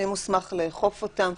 מי מוסמך לאכוף אותן.